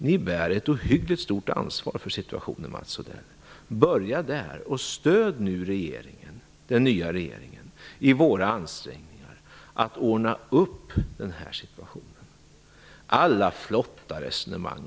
Ni bär ett ohyggligt stort ansvar för situationen, Mats Odell. Börja där och stöd nu den nya regeringen i ansträngningarna att ordna upp situationen!